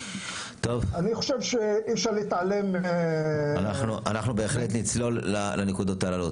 אני חושב שאי אפשר להתעלם מ- -- אנחנו בהחלט נצלול לנקודות הללו,